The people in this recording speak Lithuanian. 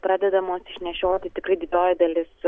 pradedamos išnešioti tikrai didžioji dalis